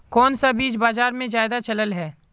कोन सा बीज बाजार में ज्यादा चलल है?